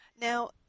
Now